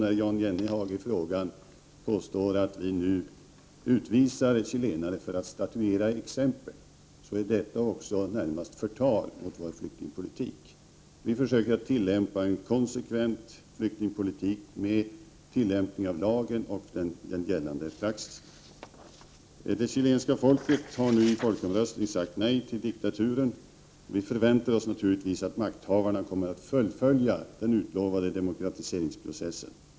När Jan Jennehag i sin fråga påstår att vi utvisar chilenare för att statuera exempel är detta närmast att betrakta som förtal av vår flyktingpolitik. Vi försöker driva en konsekvent flyktingpolitik med tillämpning av lag och gällande praxis. Det chilenska folket har nu i folkomröstning sagt nej till diktaturen. Vi förväntar oss naturligtvis att makthavarna kommer att fullfölja den utlovade demokratiseringsprocessen.